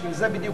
בשביל זה בדיוק,